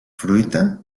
fruita